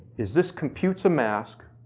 is this computes a mask